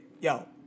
Yo